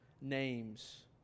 names